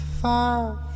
five